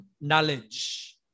knowledge